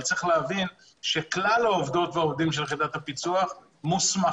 אבל צריך להבין שכלל העובדים והעובדות של יחידת הפיצו"ח מוסמכים,